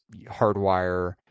hardwire